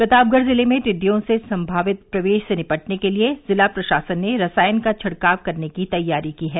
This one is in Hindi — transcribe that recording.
प्रतापगढ़ जिले में टिड्डियों के संभावित प्रवेश से निपटने के लिए जिला प्रशासन ने रसायन का छिड़काव करने तैयारी की है